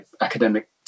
academic